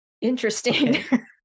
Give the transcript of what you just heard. interesting